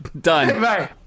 Done